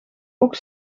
ook